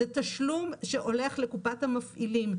זה תשלום שהולך לקופת המפעילים,